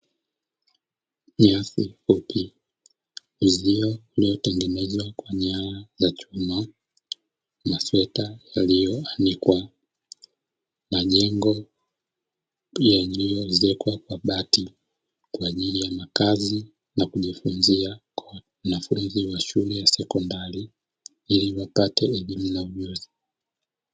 Nyasi fupi, uzio uliotengenezwa kwa nyaya za chuma, masweta yaliyoanikwa, majengo yaliyoezekwa kwa bati kwa ajili ya makazi na kujifunzia kwa wanafunzi wa shule ya sekondari ili wapate elimu na ujuzi.